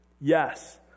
Yes